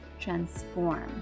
transform